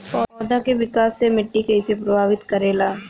पौधा के विकास मे मिट्टी कइसे प्रभावित करेला?